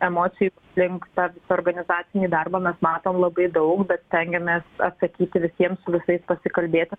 emocijų aplink tą visą organizacinį darbą mes matom labai daug bet stengiamės atsakyti visiems su visais pasikalbėti